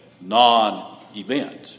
non-event